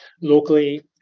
locally